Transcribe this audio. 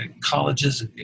colleges